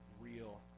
real